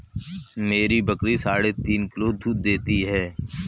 मेरी बकरी साढ़े तीन किलो दूध देती है